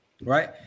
right